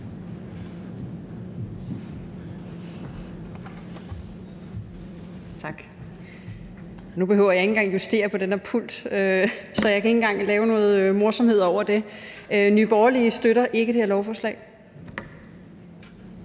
Tak. Nu behøver jeg ikke at justere på den der pult, så jeg kan ikke engang sige noget morsomt om det. Nye Borgerlige støtter ikke det her lovforslag.